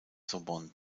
sorbonne